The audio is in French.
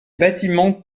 bâtiments